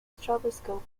stroboscope